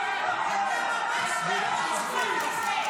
שר.